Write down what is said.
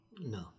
no